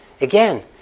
Again